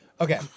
okay